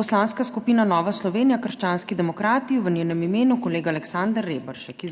Poslanska skupina Nova Slovenija krščanski demokrati, v njenem imenu kolega Aleksander Reberšek.